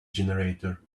generator